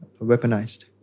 weaponized